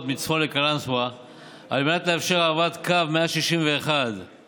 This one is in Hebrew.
מצפון לקלנסווה על מנת לאפשר העברת קו מתח גבוה